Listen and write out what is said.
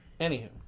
Anywho